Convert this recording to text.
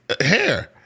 hair